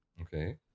Okay